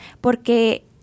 Porque